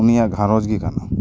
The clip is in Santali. ᱩᱱᱤᱭᱟᱜ ᱜᱷᱟᱨᱚᱸᱡᱽ ᱜᱮ ᱠᱟᱱᱟ